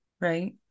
Right